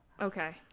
Okay